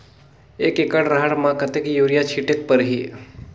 एक एकड रहर म कतेक युरिया छीटेक परही?